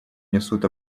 несут